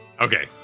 Okay